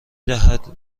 دهد